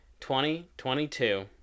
2022